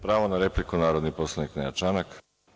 Pravo na repliku, narodni poslanik Nenad Čanak.